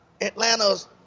Atlanta's